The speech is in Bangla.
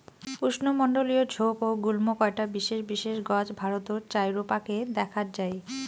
উষ্ণমণ্ডলীয় ঝোপ ও গুল্ম কয়টা বিশেষ বিশেষ গছ ভারতর চাইরোপাকে দ্যাখ্যাত যাই